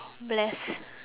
bless